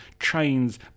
chains